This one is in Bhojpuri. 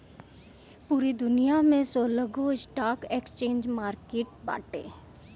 पूरा दुनिया में सोलहगो स्टॉक एक्सचेंज मार्किट बाटे